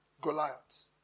Goliath